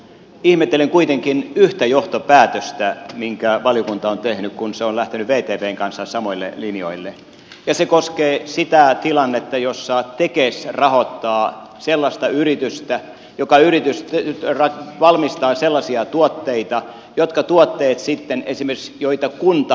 ihmettelen kuitenkin yhtä johtopäätöstä minkä valiokunta on tehnyt kun se on lähtenyt vtvn kanssa samoille linjoille ja se koskee sitä tilannetta jossa tekes rahoittaa sellaista yritystä joka valmistaa sellaisia tuotteita joita sitten esimerkiksi kunta hankkii